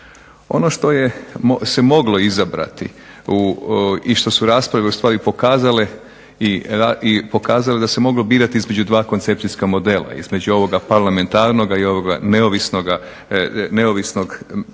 Ono što se moglo izabrati i što su rasprave ustvari pokazale i pokazale da se moglo birati između 2 koncepcijska modela. Između ovoga parlamentarnoga i ovoga neovisnog tijela